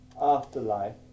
afterlife